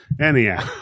Anyhow